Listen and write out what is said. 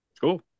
Cool